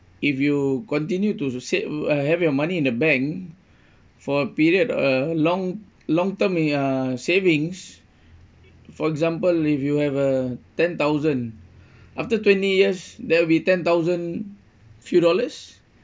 if you continue to save uh have your money in the bank for a period uh long long term uh savings for example if you have uh ten thousand after twenty years there'll be ten thousand few dollars